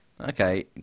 Okay